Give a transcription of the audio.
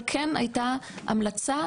אבל כן הייתה המלצה